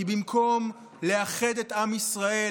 כי במקום לאחד את עם ישראל,